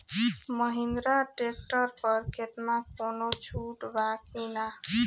Mahindra tractor पर केतना कौनो छूट बा कि ना?